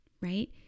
right